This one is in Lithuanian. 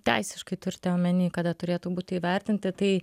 teisiškai turite omeny kad turėtų būti įvertinti tai